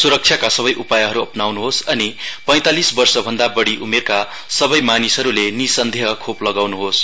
स्रक्षाका सबै उपायहरू अपनाउन्होस् अनि पैंतालीस वर्षभन्दा बढी उमेरका सबै मानिसहरूले निसन्देह खोप लगाउनुहोस्